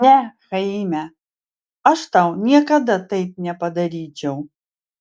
ne chaime aš tau niekada taip nepadaryčiau